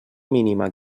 mínima